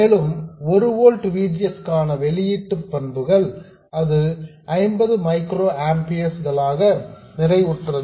மேலும் 1 volt V G S க்கான வெளியிட்டு பண்புகள் அது 50 மைக்ரோஆம்பியர்ஸ் களாக நிறைவுற்றது